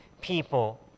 people